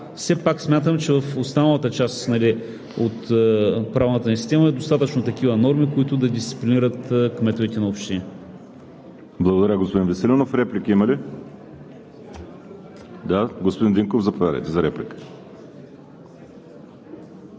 Все пак смятам, че в останалата част от правната ни система има достатъчно такива норми, които да дисциплинират кметовете на общини. ПРЕДСЕДАТЕЛ ВАЛЕРИ СИМЕОНОВ: Благодаря, господин Веселинов. Реплики има ли? Господин Динков, заповядайте за реплика.